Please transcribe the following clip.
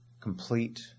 complete